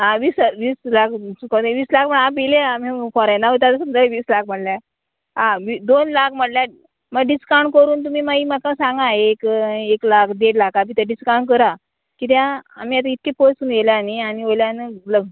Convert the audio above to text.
आं वीस वीस लाख चुकोनी वीस लाख म्हण हांव भिले आमी फॉरेनां वयता समजा वीस लाख म्हळ्ळ्या आं दोन लाख म्हळ्ळ्यार मागीर डिसकावंट करून तुमी मागीर म्हाका सांगा एक एक लाख देड लाखा भितर डिस्कावंट करा कित्याक आमी आतां इतके पयसून येयल्या न्ही आनी वयल्यान लग्न